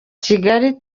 kigali